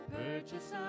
purchase